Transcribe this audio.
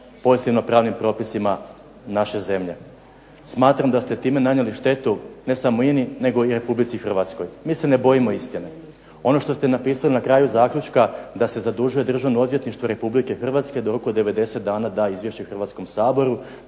pozitivno pravnim propisima naše zemlje. Smatram da ste time nanijeli štetu ne samo INA-i nego Republici Hrvatskoj. Mi se ne bojimo istine. Ono što ste napisali na kraju zaključka da se zadužuje Državno odvjetništvo Republike Hrvatske da u roku od 90 dana da izvješće Hrvatskom saboru,